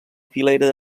filera